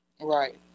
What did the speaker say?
Right